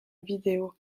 vidéo